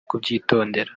kubyitondera